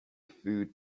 food